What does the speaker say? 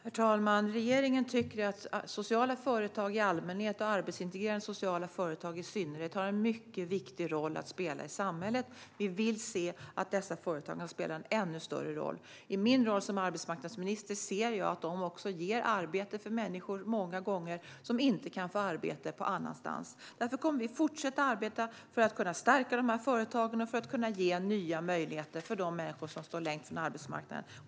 Herr talman! Regeringen tycker att sociala företag i allmänhet och arbetsintegrerande sociala företag i synnerhet har en mycket viktig roll att spela i samhället. Vi vill se att dessa företag kan spela en ännu större roll. I min roll som arbetsmarknadsminister ser jag att de ger arbete åt människor som många gånger inte kan få arbete någon annanstans. Därför kommer vi att fortsätta att arbeta för att kunna stärka dessa företag och för att kunna ge nya möjligheter för de människor som står längst ifrån arbetsmarknaden.